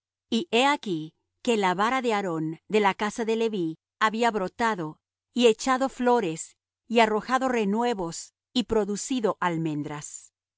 y he aquí que la vara de aarón de la casa de leví había brotado y echado flores y arrojado renuevos y producido almendras